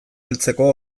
heltzeko